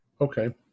Okay